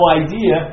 idea